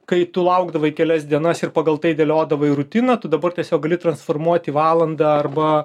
kai tu laukdavai kelias dienas ir pagal tai dėliodavai rutiną tu dabar tiesiog gali transformuoti valandą arba